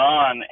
on